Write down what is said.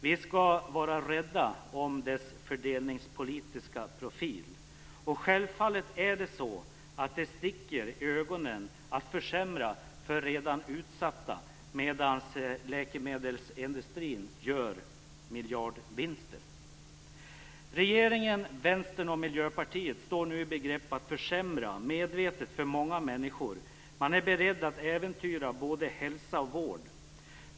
Vi skall vara rädda om dess fördelningpolitiska profil. Självfallet sticker det i ögonen att försämra för redan utsatta medan läkemedelsindustrin gör miljardvinster. Regeringen, Vänstern och Miljöpartiet står nu i begrepp att medvetet försämra för många människor. Man är beredd att äventyra både hälsa och vård.